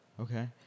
Okay